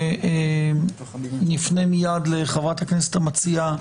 נפנה מיד לחה"כ המציעה,